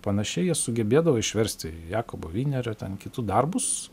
panašiai jie sugebėdavo išversti jakobo vinerio ten kitų darbus